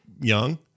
young